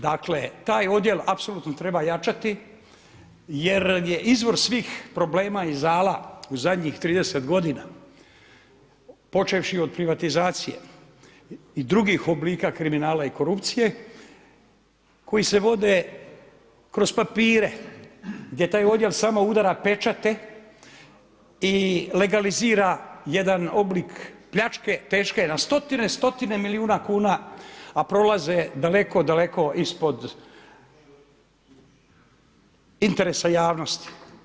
Dakle, taj odjel apsolutno treba jačati jer je izvor svih problema i zala u zadnjih 30 godina počevši od privatizacije i drugih oblika kriminala i korupcije, koji se vode kroz papire gdje taj odjel samo udara pečate i legalizira jedan oblik pljačke teške na stotine, stotine milijuna kuna a prolaze daleko, daleko ispod interesa javnosti.